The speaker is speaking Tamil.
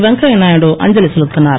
வெங்கையா நாயுடு அஞ்சலி செலுத்தினார்